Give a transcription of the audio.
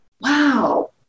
Wow